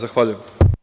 Zahvaljujem.